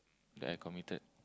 that I committed